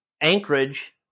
Anchorage